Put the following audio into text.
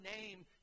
name